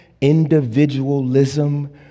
individualism